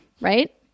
right